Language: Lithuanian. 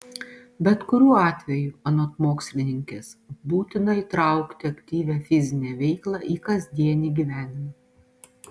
bet kuriuo atveju anot mokslininkės būtina įtraukti aktyvią fizinę veiklą į kasdienį gyvenimą